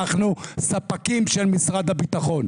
אנחנו ספקים של משרד הביטחון.